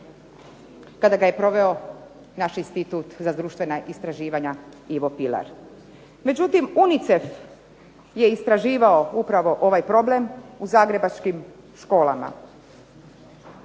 kada ga je proveo naš Institut za društvena istraživanja "Ivo Pilar". Međutim, UNICEF je istraživao upravo ovaj problem u zagrebačkim školama.